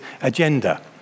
agenda